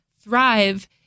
thrive